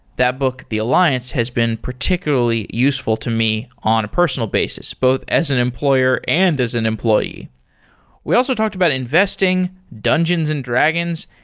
that book the alliance, has been particularly useful to me on a personal basis both as an employer and as an employee we also talked about investing, dungeons and dragons,